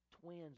twins